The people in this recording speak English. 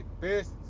best